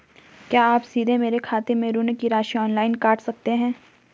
क्या आप सीधे मेरे खाते से ऋण की राशि ऑनलाइन काट सकते हैं?